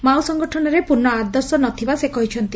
Mao ସଂଗଠନରେ ପ୍ରର୍ଶ୍ଭ ଆଦର୍ଶ ନଥିବା ସେ କହିଛନ୍ତି